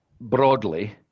broadly